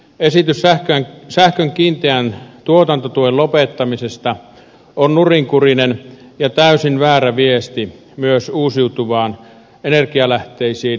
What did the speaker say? esitys sähkön kiinteän tuotantotuen lopettamisesta on nurinkurinen ja täysin väärä viesti myös uusiutuviin energialähteisiin investoijille